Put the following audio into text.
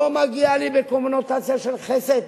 לא "מגיע לי" בקונוטציה של חסד,